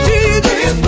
Jesus